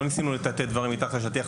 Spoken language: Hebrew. לא ניסינו לטאטא דברים מתחת לשטיח,